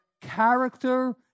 Character